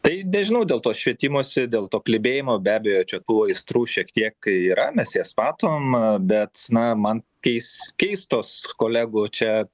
tai nežinau dėl to švietimosi dėl to klibėjimo be abejo čia tų aistrų šiek tiek yra mes jas matom bet na man keis keistos kolegų čia